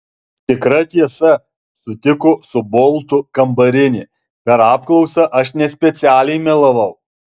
tikra tiesa sutiko su boltu kambarinė per apklausą aš nespecialiai melavau